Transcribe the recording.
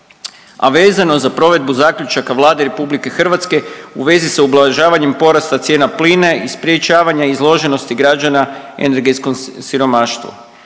a vezano za provedbu zaključaka Vlade RH u vezi sa ublažavanjem porasta cijena plina i sprječavanja izloženosti građana energetskom siromaštvu.